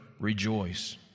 rejoice